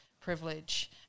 privilege